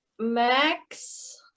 Max